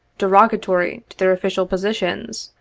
derogatory to their official positions,